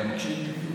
אתה מקשיב?